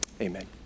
amen